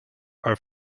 are